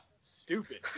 Stupid